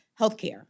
healthcare